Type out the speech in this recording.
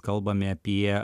kalbame apie